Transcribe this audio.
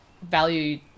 value